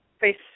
face